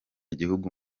gihugu